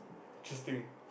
stink